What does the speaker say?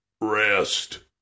rest